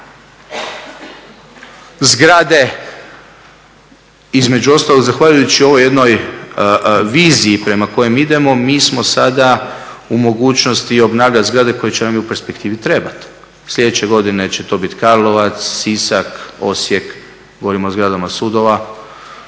Zgrade između ostalog zahvaljujući ovoj jednoj viziji prema kojoj idemo, mi smo sada u mogućnosti obnavljati zgrade koje će nam i u perspektivi trebati. Sljedeće godine će to biti Karlovac, Sisak, Osijek, govorim o zgradama sudova,